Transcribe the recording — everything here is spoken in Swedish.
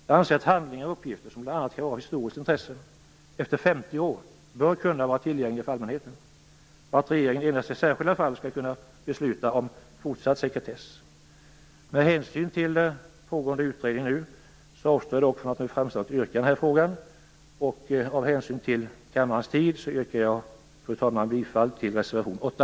Jag anser att handlingar och uppgifter som bl.a. kan vara av historiskt intresse efter 50 år bör kunna vara tillgängliga för allmänheten, och att regeringen endast i särskilda fall skall kunna besluta om fortsatt sekretess. Med hänsyn till den utredning som nu pågår, avstår jag dock från att nu framställa ett yrkande i frågan. Av hänsyn till kammarens tid yrkar jag bara bifall till reservation 8.